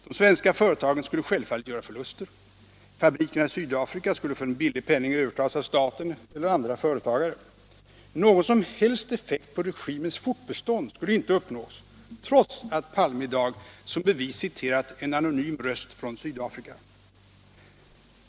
De svenska företagen skulle självfallet göra förluster, fabrikerna i Sydafrika skulle för en billig penning övertas av staten eller av andra företag. Någon som helst effekt på regimens fortbestånd skulle inte uppnås, trots att herr Palme i dag som bevis citerat en anonym röst från Sydafrika.